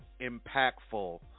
impactful